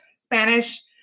spanish